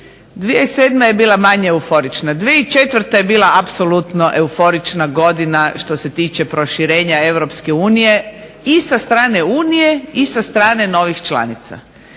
2007. je bila manje euforična, 2004. je bila apsolutno euforična godina što se tiče proširenja EU i sa strane Unije i sa strane novih članica.